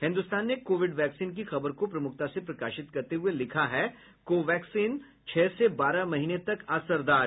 हिन्दुस्तान ने Covid vaccine की खबर को प्रमुखता से प्रकाशित करते हुए लिखा है को वैक्सिन छह से बारह महीने तक असरदार